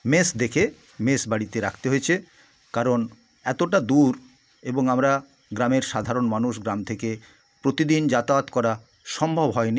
mace দেখে mess বাড়িতে রাখতে হয়েছে কারণ এতটা দূর এবং আমরা গ্রামের সাধারণ মানুষ গ্রাম থেকে প্রতিদিন যাতায়াত করা সম্ভব হয়নি